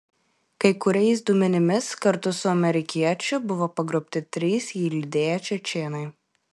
kai kuriais duomenimis kartu su amerikiečiu buvo pagrobti trys jį lydėję čečėnai